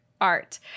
art